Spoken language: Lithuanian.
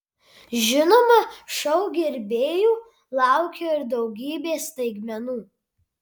žinoma šou gerbėjų laukia ir daugybė staigmenų